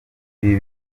ibi